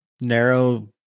narrow